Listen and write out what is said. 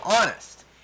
honest